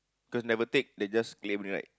those never take they just claim right